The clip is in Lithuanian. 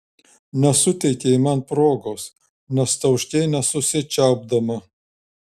nesuteikei man progos nes tauškei nesusičiaupdama